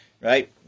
Right